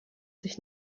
sich